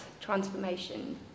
transformation